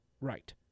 right